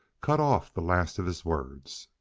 cut off the last of his words.